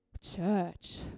church